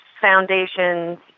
foundations